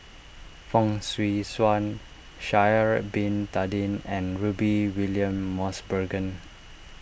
Fong Swee Suan Shaari Bin Tadin and Rudy William Mosbergen